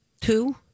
Two